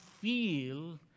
feel